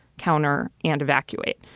counter and evacuate.